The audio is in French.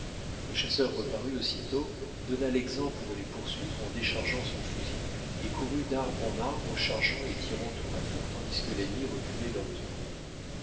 le chasseur reparut aussitôt donna l'exemple de les poursuivre en déchargeant son fusil et courut d'arbre en arbre chargeant et tirant tour à tour tandis que l'ennemi reculait lentement